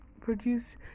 produce